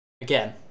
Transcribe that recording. Again